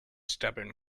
stubborn